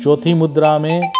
चोथी मुद्रा में